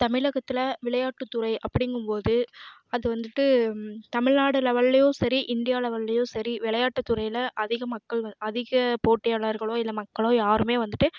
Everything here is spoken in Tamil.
தமிழகத்தில் விளையாட்டு துறை அப்படிங்கும் போது அது வந்துட்டு தமிழ்நாடு லெவல்லையும் சரி இண்டியா லெவல்லையும் சரி விளையாட்டு துறையில் அதிக மக்கள் வந் அதிக போட்டியாளர்களோ இல்லை மக்களோ யாருமே வந்துட்டு